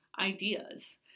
ideas